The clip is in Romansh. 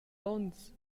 onns